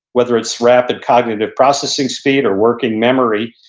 whether it's rapid cognitive processing speed or working memory,